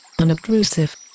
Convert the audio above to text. Unobtrusive